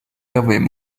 đâu